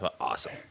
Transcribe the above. awesome